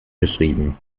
geschrieben